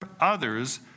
others